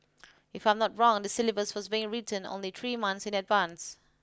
if I'm not wrong the syllabus was being written only three months in advance